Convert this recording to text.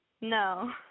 No